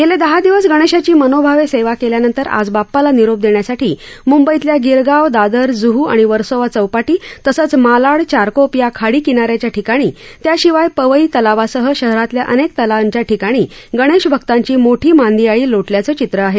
गेले दहा दिवस गणेशाची मनोभावे सेवा केल्यानंतर आज बाप्पाला निरोप देण्यासाठी मुंबईतल्या गिरगाव दादर जुहू आणि वर्सोवा चौपाटी तसंच मालाड चारकोप या खाडीकिनाऱ्याच्या ठिकाणी त्याशिवाय पवई तलावासह शहरातल्या अनेक तलावांच्या ठिकाणी गणेशभक्तांची मोठी मांदियाळी लोटल्याचं चित्र आहे